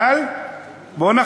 אבל בואו נחמיר,